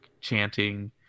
chanting